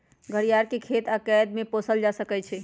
घरियार के खेत आऽ कैद में पोसल जा सकइ छइ